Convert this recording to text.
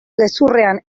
gezurrean